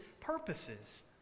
purposes